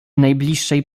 najbliższej